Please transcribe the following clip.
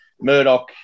Murdoch